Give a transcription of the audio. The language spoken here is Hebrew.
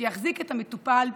שיחזיק את המטופל,